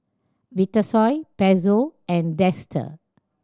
Vitasoy Pezzo and Dester